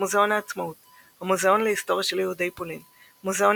מוזיאון העצמאות המוזיאון להיסטוריה של יהודי פולין מוזיאון